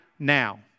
Now